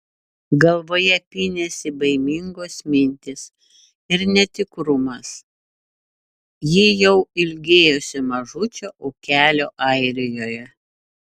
galvoje pynėsi baimingos mintys ir netikrumas ji jau ilgėjosi mažučio ūkelio airijoje